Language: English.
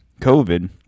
COVID